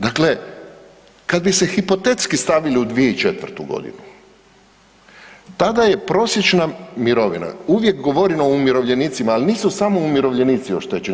Dakle, kad bi se hipotetski stavili u 2004. godinu tada je prosječna mirovina, uvijek govorim o umirovljenicima, ali nisu samo umirovljenici oštećeni.